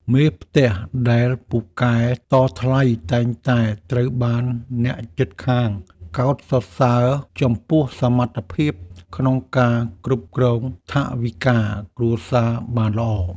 មេផ្ទះដែលពូកែតថ្លៃតែងតែត្រូវបានអ្នកជិតខាងកោតសរសើរចំពោះសមត្ថភាពក្នុងការគ្រប់គ្រងថវិកាគ្រួសារបានល្អ។